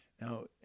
Now